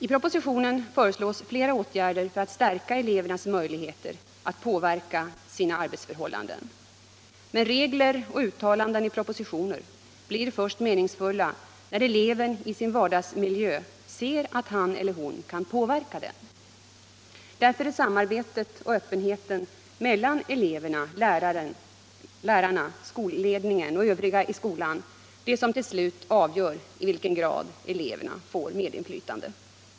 I propositionen föreslås flera åtgärder för att stärka elevernas möjligheter att påverka sina arbetsförhållanden. Men regler och uttalanden i propositioner blir meningsfulla först när eleven i sin vardagsmiljö ser att han eller hon kan påverka denna. Därför är samarbetet och öppenheten mellan eleverna, lärarna, skolledningen och övriga i skolan det som till slut avgör i vilken grad eleverna får medinflytande.